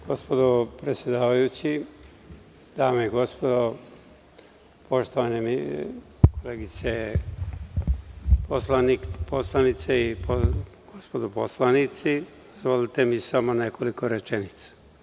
Gospodo predsedavajući, dame i gospodo, poštovane koleginice poslanice i gospodo poslanici, dozvolite mi samo nekoliko rečenica.